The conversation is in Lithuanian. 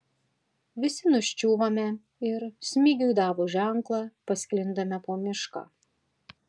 visi nuščiūvame ir smigiui davus ženklą pasklindame po mišką